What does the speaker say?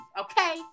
okay